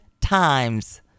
times